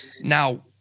Now